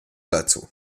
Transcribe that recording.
dazu